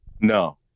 No